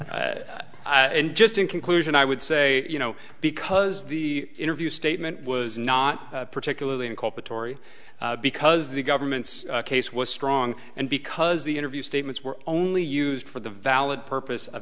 good and just in conclusion i would say you know because the interview statement was not particularly inculpatory because the government's case was strong and because the interview statements were only used for the valid purpose of